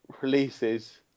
releases